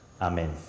Amen